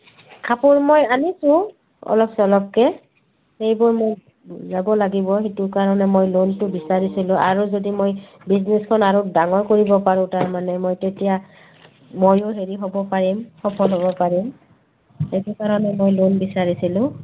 কাপোৰ মই আনিছোঁ অলপ চলপকৈ সেইবোৰ মই যাব লাগিব সেইটো কাৰণে মই লোনটো বিচাৰিছিলোঁ আৰু যদি মই বিজনেছখন আৰু ডাঙৰ কৰিব পাৰোঁ তাৰমানে মই তেতিয়া ময়ো হেৰি হ'ব পাৰিম সফল হ'ব পাৰিম সেইটো কাৰণে মই লোন বিচাৰিছিলোঁ